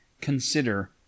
consider